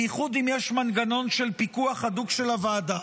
בייחוד אם יש מנגנון של פיקוח הדוק של הוועדה.